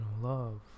love